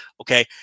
okay